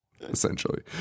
essentially